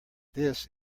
this